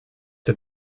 der